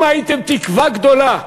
אם הייתם תקווה גדולה,